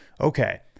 Okay